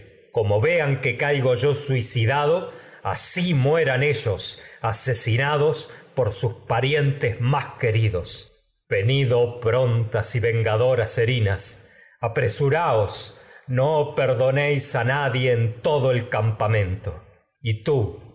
como vean que caigo yo suicidado así mueran ellos ase sinados tas por sus parientes más queridos venid oh pron y vengadoras en erinas apresúraos no perdonéis a nadie todo el campamento y tú